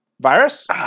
Virus